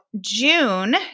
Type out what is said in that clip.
June